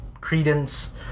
credence